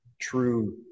true